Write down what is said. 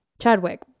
Chadwick